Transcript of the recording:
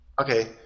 Okay